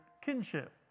Kinship